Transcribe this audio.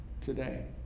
today